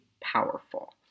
powerful